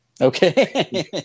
Okay